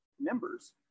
members